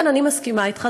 כן, אני מסכימה אתך.